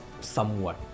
somewhat